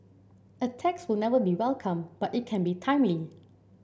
a tax will never be welcome but it can be timely